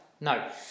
no